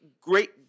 great